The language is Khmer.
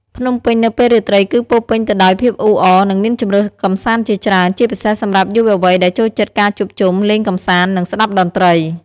ភ្នំពេញនៅពេលរាត្រីគឺពោរពេញទៅដោយភាពអ៊ូអរ និងមានជម្រើសកម្សាន្តជាច្រើន ជាពិសេសសម្រាប់យុវវ័យដែលចូលចិត្តការជួបជុំ លេងកម្សាន្ត និងស្តាប់តន្ត្រី។